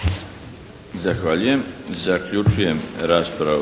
Zahvaljujem. Zaključujem raspravu